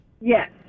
Yes